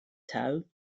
toe